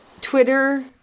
Twitter